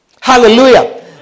Hallelujah